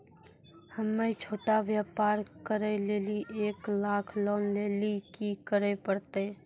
हम्मय छोटा व्यापार करे लेली एक लाख लोन लेली की करे परतै?